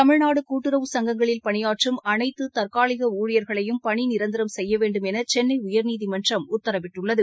தமிழ்நாடு கூட்டுறவு சங்கங்களில் பணியாற்றும் அனைத்து தற்காலிக ஊழியர்களையும் பணிநிரந்தரம் செய்ய வேண்டும் என சென்னை உயர்நீதிமன்றம் உத்தரவிட்டுள்ளது